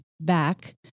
back